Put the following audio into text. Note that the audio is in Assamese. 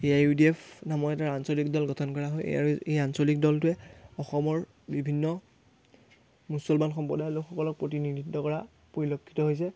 এইআইইউডিএফ নামৰ এটা আঞ্চলিক দল গঠন কৰা হয় এই আৰু এই আঞ্চলিক দলটোৱে অসমৰ বিভিন্ন মুছলমান সম্প্ৰদায়ৰ লোকসকলক প্ৰতিনিধিত্ব কৰা পৰিলক্ষিত হৈছে